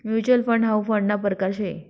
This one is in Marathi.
म्युच्युअल फंड हाउ फंडना परकार शे